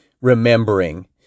remembering